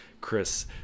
Chris